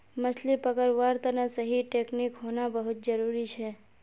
मछली पकड़वार तने सही टेक्नीक होना बहुत जरूरी छ